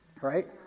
right